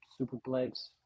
superplex